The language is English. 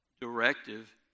directive